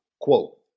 quote